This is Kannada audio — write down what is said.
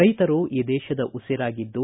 ರೈತರು ಈ ದೇಶದ ಉಸಿರಾಗಿದ್ದು